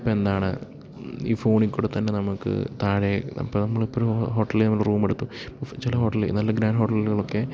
ഇപ്പോള് എന്താണ് ഈ ഫോണില്ക്കൂടെ തന്നെ നമുക്ക് താഴെ അപ്പോള് നമ്മളിപ്പോഴും ഹോട്ടലില് ചെന്ന് റൂമെടുത്തു ചെല ഹോട്ടലില് നല്ല ഗ്രാൻഡ് ഹോട്ടലുകളിലൊക്കെ